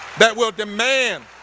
that will demand